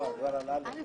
לא, הוא דיבר על (א).